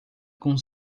com